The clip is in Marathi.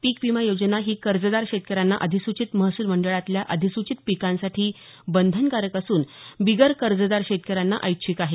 पीक विमा योजना ही कर्जदार शेतकऱ्यांना अधिसूचित महसूल मंडळातल्या अधिसूचित पिकांसाठी बंधनकारक असून बिगर कर्जदार शेतकऱ्यांना ऐच्छिक आहे